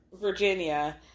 Virginia